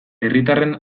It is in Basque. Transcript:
herritarren